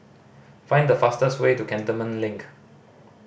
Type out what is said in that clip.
find the fastest way to Cantonment Link